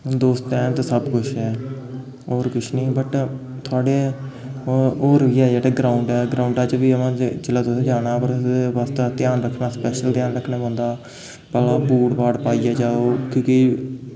दोस्त हैन ते सब कुछ ऐ होर कुछ निं बट थुआढ़े होर बी ऐ जेह्ड़े ग्राउंड ऐ ग्राउंडै च बी उ'आं जे जेल्लै तुसें जाना पर ओह्दे बास्तै ध्यान रक्खना स्पैशल ध्यान रक्खना पौंदा भला बूट बाट पाइयै जाओ क्योंकि